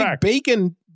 bacon